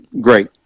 great